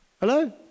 Hello